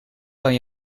kan